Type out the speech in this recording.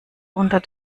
unter